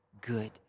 good